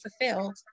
fulfilled